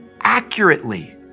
accurately